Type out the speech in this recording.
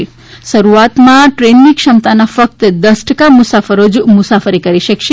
તે શરૂઆતમાં ટ્રેનની ક્ષમતાના ફક્ત દસ ટકા મુસાફરો જ મુસાફરી કરી શકશે